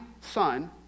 son